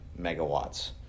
megawatts